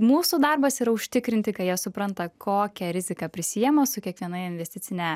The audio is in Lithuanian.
mūsų darbas yra užtikrinti kad jie supranta kokią riziką prisiema su kiekviena investicine